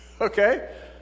Okay